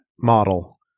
model